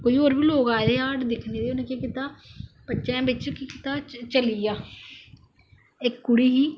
कोई और बी लोक आएदे हे हाड़ दिक्खने गी ते उनें केह् कीता बच्चा बिच चली गेआ इक कुड़ी ही